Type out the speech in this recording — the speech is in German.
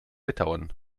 litauen